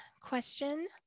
question